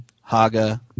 Haga